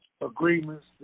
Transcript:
agreements